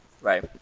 right